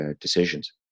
decisions